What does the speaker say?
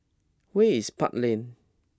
where is Park Lane